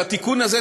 בתיקון הזה,